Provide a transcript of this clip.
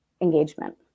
engagement